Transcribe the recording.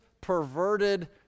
perverted